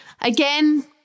Again